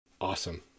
awesome